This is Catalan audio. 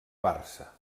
barça